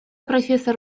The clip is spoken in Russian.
профессор